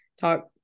talk